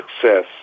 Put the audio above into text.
success